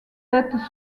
têtes